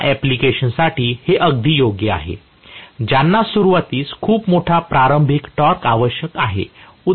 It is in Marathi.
त्या अँप्लिकेशन साठी हे अगदी योग्य आहे ज्यांना सुरुवातीस खूप मोठा प्रारंभिक टॉर्क आवश्यक आहे